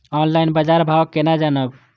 Online बाजार भाव केना जानब?